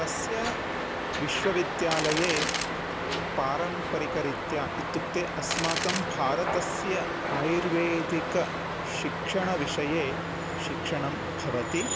तस्य विश्वविद्यालये पारम्परिकरीत्या इत्युक्ते अस्माकं भारतस्य आयुर्वेदिकशिक्षणविषये शिक्षणं भवति